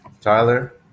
Tyler